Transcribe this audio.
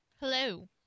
Hello